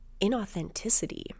inauthenticity